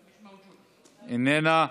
איננה.